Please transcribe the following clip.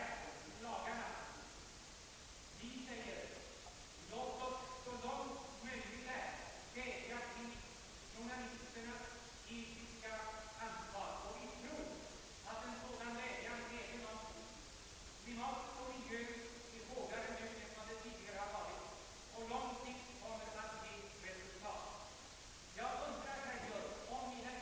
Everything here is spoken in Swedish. Sedan föranleder mig herr Sörensons inlägg att något utreda frågan om liberalt kontra socialistiskt synsätt.